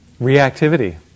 Reactivity